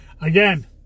Again